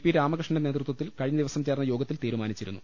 P രാമകൃഷ്ണന്റെ നേതൃത്വത്തിൽ കഴിഞ്ഞ ദിവസം ചേർന്ന യോഗത്തിൽ തീരുമാനിച്ചിരുന്നു